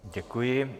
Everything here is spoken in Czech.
Děkuji.